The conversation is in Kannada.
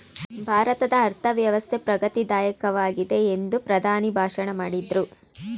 ಭಾರತದ ಅರ್ಥವ್ಯವಸ್ಥೆ ಪ್ರಗತಿ ದಾಯಕವಾಗಿದೆ ಎಂದು ಪ್ರಧಾನಿ ಭಾಷಣ ಮಾಡಿದ್ರು